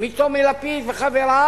מטומי לפיד וחבריו.